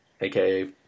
aka